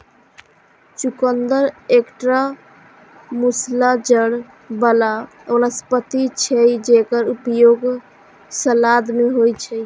चुकंदर एकटा मूसला जड़ बला वनस्पति छियै, जेकर उपयोग सलाद मे होइ छै